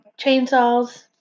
chainsaws